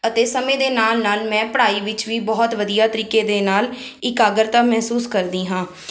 ਅਤੇ ਸਮੇਂ ਦੇ ਨਾਲ ਨਾਲ ਮੈਂ ਪੜ੍ਹਾਈ ਵਿੱਚ ਵੀ ਬਹੁਤ ਵਧੀਆ ਤਰੀਕੇ ਦੇ ਨਾਲ ਇਕਾਗਰਤਾ ਮਹਿਸੂਸ ਕਰਦੀ ਹਾਂ